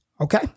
Okay